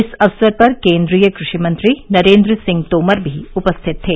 इस अवसर पर केन्द्रीय कृषि मंत्री नरेन्द्र सिंह तोमर भी उपस्थित थे